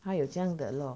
他有这样的 law